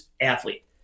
athlete